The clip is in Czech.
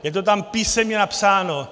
Je to tam písemně napsáno.